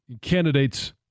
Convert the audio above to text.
candidates